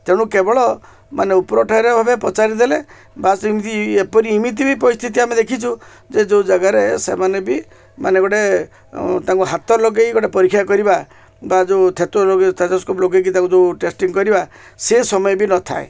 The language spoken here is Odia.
ତେଣୁ କେବଳ ମାନେ ଉପର ଠାଉରେ ଭାବେ ପଚାରିଦେଲେ ବାସ୍ ଏମିତି ଏପରି ଏମିତି ବି ପରିସ୍ଥିତି ଆମେ ଦେଖିଛୁ ଯେ ଯେଉଁ ଜାଗାରେ ସେମାନେ ବି ମାନେ ଗୋଟେ ତାଙ୍କୁ ହାତ ଲଗେଇକି ଗୋଟେ ପରୀକ୍ଷା କରିବା ବା ଯେଉଁ ସ୍ତେଥୋସ୍କୋପ ଲଗେଇକି ତାଙ୍କୁ ଯେଉଁ ଟେଷ୍ଟିଙ୍ଗ କରିବା ସେ ସମୟ ବି ନଥାଏ